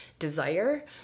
desire